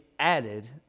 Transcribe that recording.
added